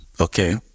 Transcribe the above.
okay